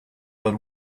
that